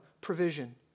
provision